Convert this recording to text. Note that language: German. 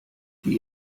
die